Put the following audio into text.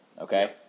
okay